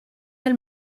del